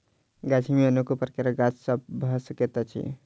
गाछी मे अनेक प्रकारक गाछ सभ भ सकैत अछि